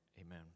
Amen